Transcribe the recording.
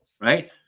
right